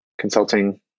consulting